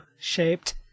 shaped